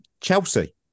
Chelsea